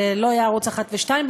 זה לא היה ערוץ 1 ו-2,